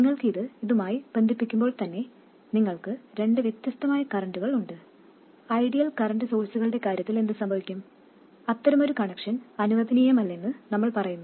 നിങ്ങൾ ഇത് ഇതുമായി ബന്ധിപ്പിക്കുമ്പോൾ തന്നെ നിങ്ങൾക്ക് രണ്ട് വ്യത്യസ്തമായ കറൻറുകൾ ഉണ്ട് ഐഡിയൽ കറൻറ് സോഴ്സുകളുടെ കാര്യത്തിൽ എന്ത് സംഭവിക്കും അത്തരമൊരു കണക്ഷൻ അനുവദനീയമല്ലെന്ന് നമ്മൾ പറയുന്നു